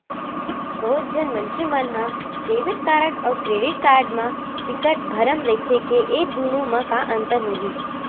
बहुत झन मनखे मन ह डेबिट कारड अउ क्रेडिट कारड म बिकट भरम रहिथे के ए दुनो म का अंतर होही?